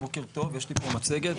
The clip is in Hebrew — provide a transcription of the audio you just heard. בוקר טוב, יש לי פה מצגת.